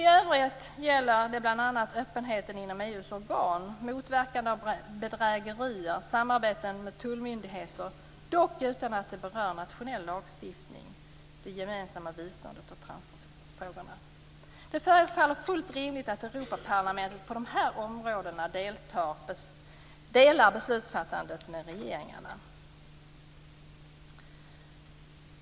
I övrigt gäller det bl.a. öppenheten inom EU:s organ, motverkande av bedrägerier, samarbete mellan tullmyndigheter - dock utan att det berör nationell lagstiftning - det gemensamma biståndet och transportfrågorna. Det förefaller fullt rimligt att Europaparlamentet på dessa områden delar beslutsfattandet med regeringarna. Fru talman!